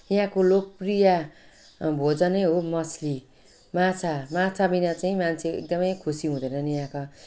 यहाँको लोकप्रिय भोजनै हो मछली माछा माछाबिना चाहिँ मान्छे एकदमै खुसी हुँदैनन् यहाँका